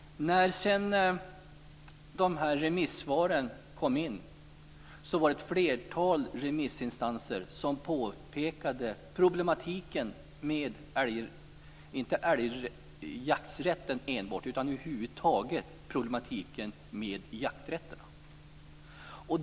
När sedan de här remissvaren kom in var det ett flertal remissinstanser som påpekade problematiken med inte enbart älgjaktsrätten utan med jakträtterna över huvud taget.